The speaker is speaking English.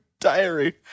diary